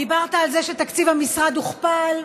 דיברת על זה שתקציב המשרד הוכפל,